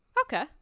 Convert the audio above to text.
Okay